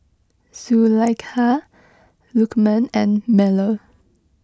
Zulaikha Lukman and Melur